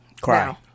Cry